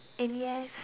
and yes